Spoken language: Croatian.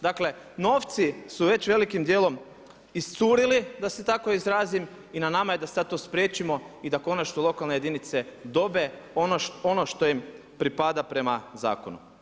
Dakle novci su već velikim dijelom iscurili da se tako izrazim i na nama je da sada to spriječimo i da konačno lokalne jedinice dobe ono što im pripada prema zakonu.